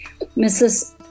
Mrs